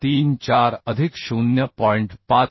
534 अधिक 0